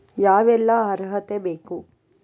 ಯಾವೆಲ್ಲ ಅರ್ಹತೆ ಬೇಕು?